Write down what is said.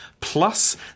Plus